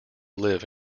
live